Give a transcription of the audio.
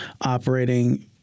operating